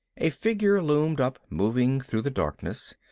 a figure loomed up, moving through the darkness,